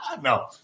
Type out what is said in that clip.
No